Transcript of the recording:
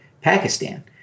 Pakistan